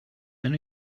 than